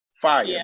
Fire